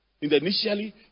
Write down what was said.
initially